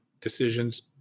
decisions